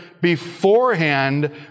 beforehand